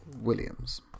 Williams